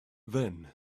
then